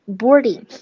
boarding